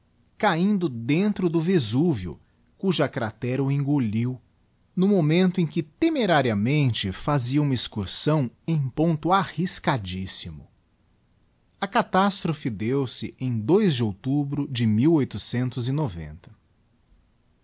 cahindo dentro do vesúvio cuja cratera o enguliu no momento em que temerariamente fazia uma excursão em ponto arriscadíssimo a catastrophc deu-se em de outubro de